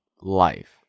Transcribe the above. life